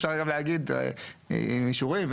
עם אישורים,